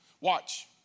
Watch